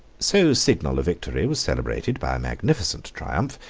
so signal a victory was celebrated by a magnificent triumph,